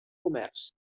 comerç